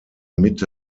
mitte